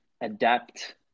adapt